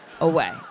away